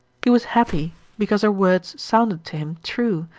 he was happy because her words sounded to him true,